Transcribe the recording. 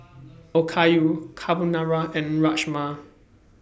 Okayu Carbonara and Rajma